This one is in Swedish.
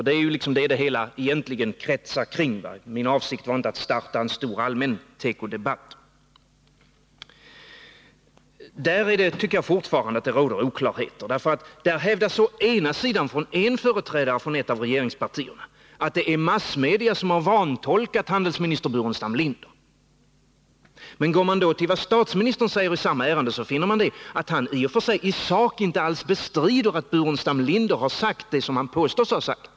Det är ju detta som det hela kretsar kring. Min avsikt var inte att starta en stor allmän tekodebatt. Jag tycker fortfarande att det råder oklarheter, därför att å ena sidan hävdar en företrädare för ett av regeringspartierna att det är massmedia som har vantolkat handelsminister Burenstam Linders uttalande, men å andra sidan förklarar statsministern i samma ärende att han inte alls bestrider att handelsministern sagt det som han påstås ha sagt.